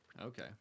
Okay